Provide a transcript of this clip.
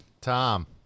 Tom